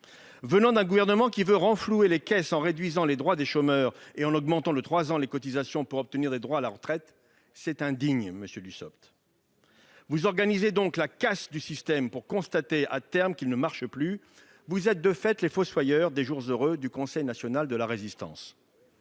Venant d'un gouvernement qui veut renflouer les caisses en réduisant les droits des chômeurs et en augmentant de trois ans la durée de cotisation ouvrant des droits à la retraite, c'est indigne, monsieur le ministre ! Vous organisez donc la casse du système pour constater à terme qu'il ne marche plus. Vous êtes, de fait, les fossoyeurs des jours heureux du Conseil national de la Résistance.